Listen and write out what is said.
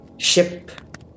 ship